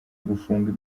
gufungwa